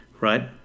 Right